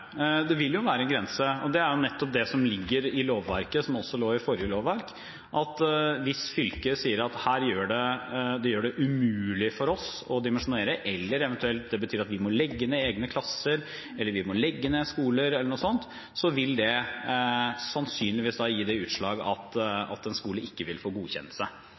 en grense, og det er nettopp det som ligger i lovverket, og som også lå i forrige lovverk, at hvis fylket sier dette gjør det umulig for dem å dimensjonere, eller det eventuelt betyr at de må legge ned egne klasser eller skoler eller noe slikt, så vil det sannsynligvis gi det utslag at en skole ikke vil få